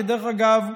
כדרך אגב,